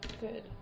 Good